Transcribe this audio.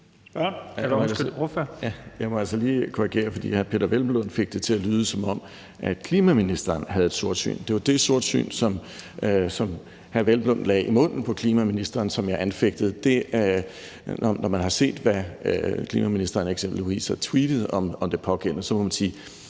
Jeg må lige korrigere, for hr. Peder Hvelplund fik det til at lyde, som om klimaministeren havde et sortsyn. Det var det sortsyn, som hr. Peder Hvelplund lagde i munden på klimaministeren, som jeg anfægtede. Når man har set, hvad klimaministeren eksempelvis har tweetet om det pågældende emne, må man sige,